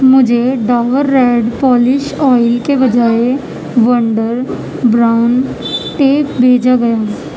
مجھے Dabur red polish oil کے بجائے ونڈر براؤن ٹیپ بھیجا گیا